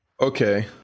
Okay